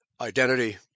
identity